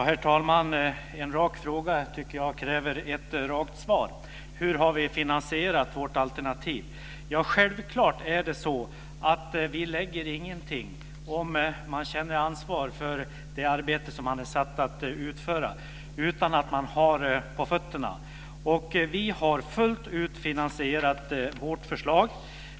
Herr talman! En rak fråga kräver ett rakt svar. Hur har vi alltså finansierat vårt alternativ? Ja, självklart är det så att vi inte lägger fram någonting - så är det ju om man nu känner ansvar för det arbete som man är satt att utföra - utan att ha på fötterna. Vi har fullt ut finansierat vårt förslag.